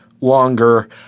longer